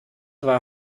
war